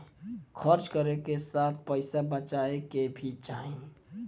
खर्च करे के साथ पइसा बचाए के भी चाही